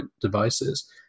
devices